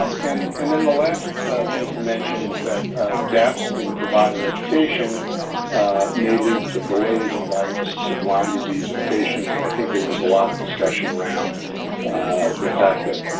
and and then the last thing to mention is that gaps in provider education may lead to delays in diagnoses of lyme disease in patients. and i think there was a lot of discussion around the fact that,